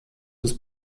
des